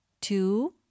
two